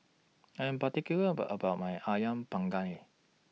I Am particular about about My Ayam Panggang